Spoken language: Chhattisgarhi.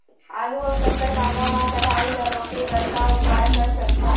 आलू अऊ शक्कर कांदा मा कढ़ाई ला रोके बर का उपाय कर सकथन?